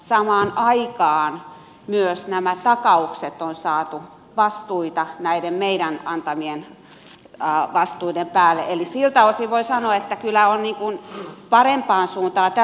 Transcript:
samaan aikaan myös nämä takaukset on saatu vastuita näiden meidän antamien vastuiden päälle eli siltä osin voi sanoa että kyllä on parempaan suuntaan tässä kohdin menty